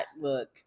Look